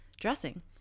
dressing